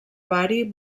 bari